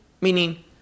meaning